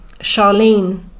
Charlene